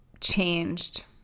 changed